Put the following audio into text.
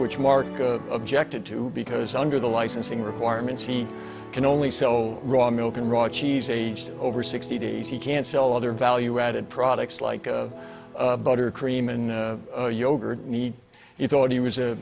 which mark objected to because under the licensing requirements he can only sell raw milk and raw cheese aged over sixty days he can't sell other value added products like of butter cream and yogurt need you thought he was